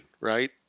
right